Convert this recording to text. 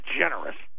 generous